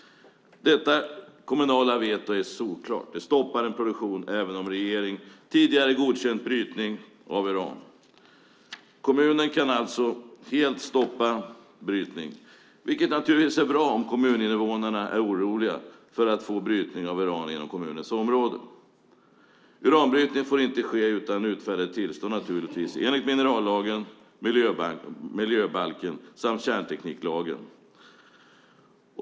Detta kommunala veto är solklart. Det stoppar en produktion även om regeringen tidigare godkänt brytning av uran. Kommunen kan alltså helt stoppa brytning, vilket naturligtvis är bra om kommuninvånarna är oroliga för att få brytning av uran inom kommunens område. Uranbrytning får naturligtvis inte ske utan utfärdade tillstånd enligt minerallagen, miljöbalken samt kärntekniklagen.